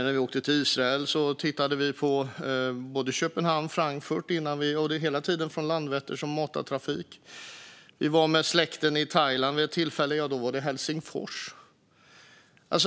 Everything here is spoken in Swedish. När vi åkte till Israel tittade vi på Köpenhamn-Frankfurt, hela tiden med matartrafik från Landvetter. Vi var med släkten i Thailand vid ett tillfälle; då var det Helsingfors.